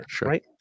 right